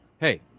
hey